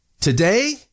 today